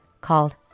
called